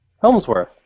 Helmsworth